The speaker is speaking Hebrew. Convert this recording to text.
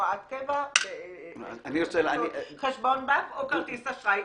הוראת קבע בחשבון בנק או כרטיס אשראי,